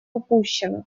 упущена